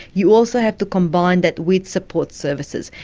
you also have to combine that with support services.